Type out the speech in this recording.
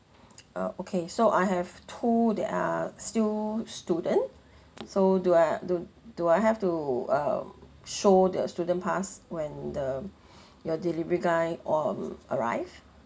uh okay so I have two they are still student so do I do do I have to um show the student pass when the your delivery guy um arrive